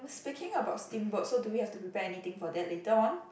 speaking about steamboat so do we have to prepare anything for that later on